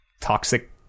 toxic